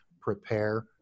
prepare